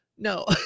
No